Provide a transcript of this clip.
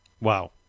Wow